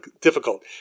difficult